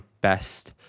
best